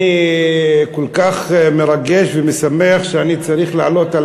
כל כך מרגש ומשמח שאני צריך לעלות על